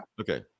Okay